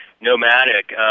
nomadic